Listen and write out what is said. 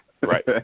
right